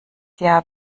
jahr